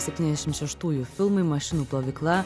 septyniasdešim šeštųjų filmui mašinų plovykla